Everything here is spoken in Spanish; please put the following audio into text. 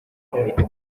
dormía